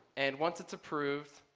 and once it's approved,